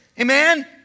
Amen